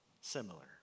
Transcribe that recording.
similar